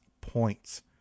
points